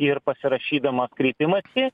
ir pasirašydamas kreipimąsi